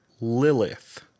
Lilith